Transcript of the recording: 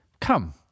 Come